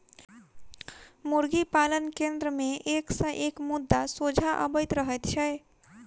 मुर्गी पालन केन्द्र मे एक सॅ एक मुद्दा सोझा अबैत रहैत छै